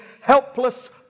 helpless